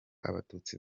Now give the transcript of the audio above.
abatutsi